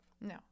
no